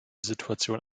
situation